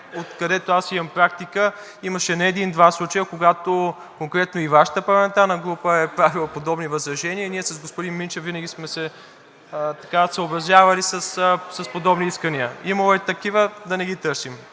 откъдето аз имам практика, имаше не един-два случая, когато конкретно и Вашата парламента група е правила подобни възражения и ние с господин Минчев винаги сме се съобразявали с подобни искания. Имало е такива. Да не ги търсим.